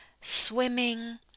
swimming